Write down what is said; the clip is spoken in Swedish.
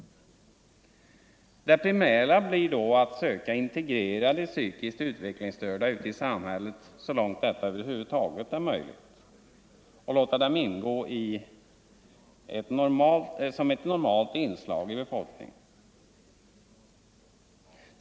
Det primära blir då att söka integrera de psykiskt utvecklingsstörda ute i samhället så långt detta över huvud taget är möjligt och låta dem ingå som ett normalt inslag i befolkningen.